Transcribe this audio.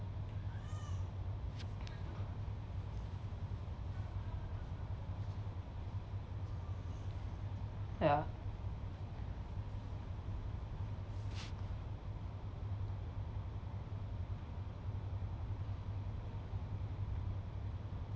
ya